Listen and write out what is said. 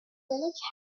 village